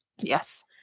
Yes